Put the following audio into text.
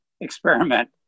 experiment